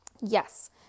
Yes